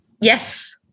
yes